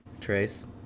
Trace